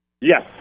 Yes